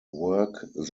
work